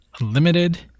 Limited